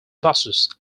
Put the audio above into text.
buses